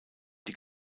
die